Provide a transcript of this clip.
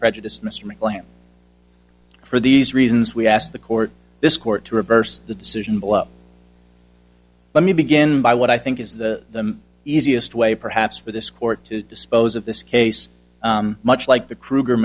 prejudice mr mclean for these reasons we asked the court this court to reverse the decision below let me begin by what i think is the them easiest way perhaps for this court to dispose of this case much like the kruger